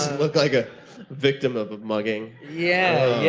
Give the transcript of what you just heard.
look like a victim of a mugging? yeah